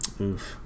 oof